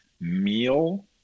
meal